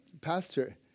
Pastor